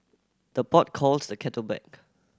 the pot calls the kettle black